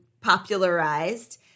popularized